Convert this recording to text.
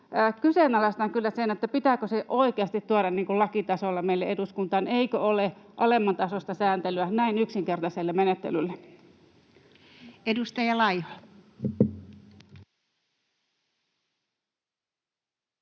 Kyseenalaistan kyllä sen, pitääkö se oikeasti tuoda lakitasolla meille eduskuntaan. Eikö ole alemmantasoista sääntelyä näin yksinkertaiselle menettelylle? [Speech